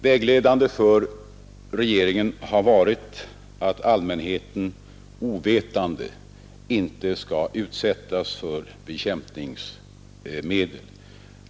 Vägledande för regeringen har varit att allmänheten inte ovetande skall utsättas för bekämpningsmedel.